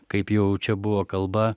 kaip jau čia buvo kalba